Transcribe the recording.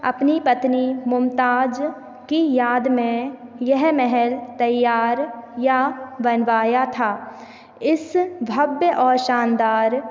अपनी पत्नी मुमताज़ की याद में यह महल तैयार या बनवाया था इस भव्य और शानदार